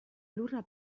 lurra